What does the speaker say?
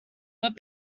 but